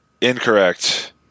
Incorrect